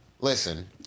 Listen